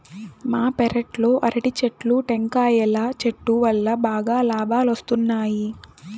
మా పెరట్లో అరటి చెట్లు, టెంకాయల చెట్టు వల్లా బాగా లాబాలొస్తున్నాయి